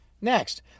Next